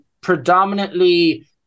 predominantly